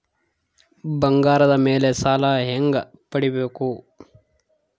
ಬಂಗಾರದ ಮೇಲೆ ಸಾಲ ಹೆಂಗ ಪಡಿಬೇಕು?